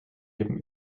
leben